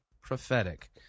prophetic